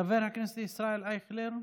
חבר הכנסת ישראל אייכלר,